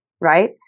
right